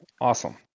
Awesome